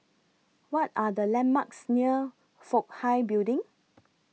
What Are The landmarks near Fook Hai Building